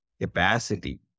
capacity